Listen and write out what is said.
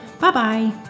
Bye-bye